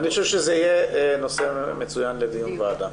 אני חושב שזה יהיה נושא מצוין לדיון הוועדה.